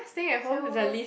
stay at home orh